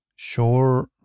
Sure